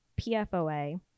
PFOA